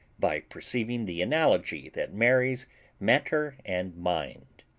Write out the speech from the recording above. by perceiving the analogy that marries matter and mind.